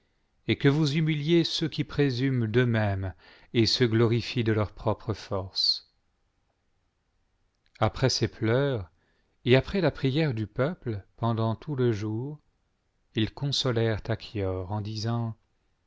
et que vous humiliez ceux qui présument d'euxmêmes et se glorifient de leurs propres forces après ces pleurs et après la prière du peuple pendant tout le jour ils consolèrent à qui en disant